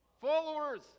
followers